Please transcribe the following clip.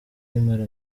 imara